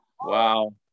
Wow